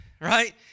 right